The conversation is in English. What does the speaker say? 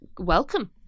welcome